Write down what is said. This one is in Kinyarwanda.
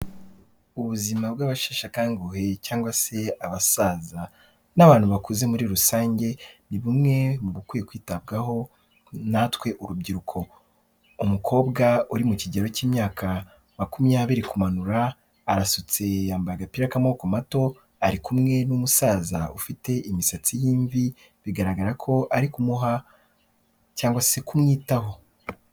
Ubuzima bw'abasheshe akanguhe cyangwa se abasaza n'abantu bakuze muri rusange ni bumwe mu bakwiye kwitabwaho natwe urubyiruko. Umukobwa uri mu kigero cy'imyaka makumyabiri kumanura, arasutse, yambaye agapira k'amaboko mato. Ari kumwe n'umusaza ufite imisatsi y'imvi, bigaragarako ari kumuha cyangwa se kumwitaho.